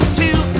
two